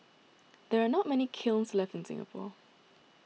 there are not many kilns left in Singapore